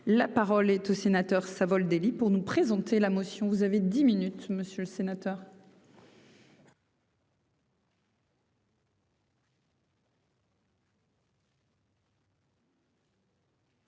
la parole est au sénateur Savoldelli pour nous présenter la motion, vous avez dix minutes monsieur le sénateur.